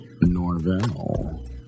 Norvell